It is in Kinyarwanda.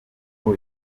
ubwo